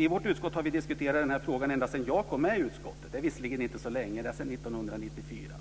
I vårt utskott har vi diskuterat den här frågan ända sedan jag kom med i utskottet. Det är visserligen inte så länge sedan, jag har varit med sedan 1994.